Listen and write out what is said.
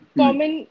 common